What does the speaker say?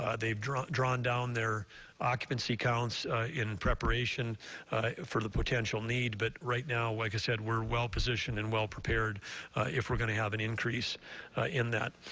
ah they've drawn drawn down their occupancy counts in preparation for the potential need, but right now, like i said, we're well positioned and well prepared if we're going to have an increase in that.